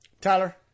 Tyler